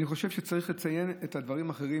אני חושב שצריך לציין את הדברים האחרים,